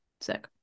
sick